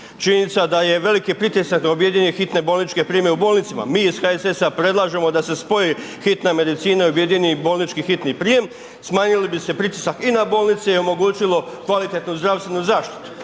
Činjenica da je veliki pritisak na objedinjene hitne bolničke prijeme u bolnicama, mi iz HSS-a predlažemo da se spoje hitne medicine i objedinjeni bolnički hitni prijem, smanjili bi se pritisak i na bolnice i omogućilo kvalitetnu zdravstvenu zaštitu,